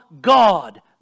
God